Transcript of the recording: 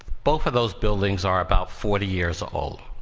both of those buildings are about forty years old,